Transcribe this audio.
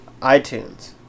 iTunes